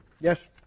Yes